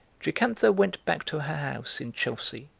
jocantha went back to her house in chelsea,